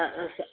स